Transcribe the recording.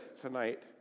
tonight